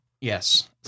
Yes